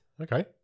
Okay